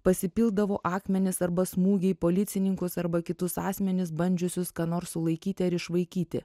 pasipildavo akmenys arba smūgiai į policininkus arba kitus asmenis bandžiusius ką nors sulaikyti ar išvaikyti